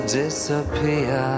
disappear